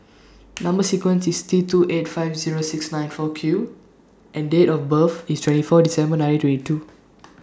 Number sequence IS T two eight five Zero six nine four Q and Date of birth IS twenty four December nineteen twenty two